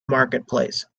marketplace